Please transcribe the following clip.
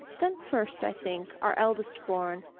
then first, i think, our eldest-born,